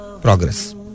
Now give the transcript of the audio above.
progress